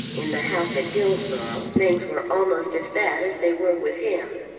in the house at dillsborough things were almost as bad as they were with him.